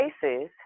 cases